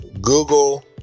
Google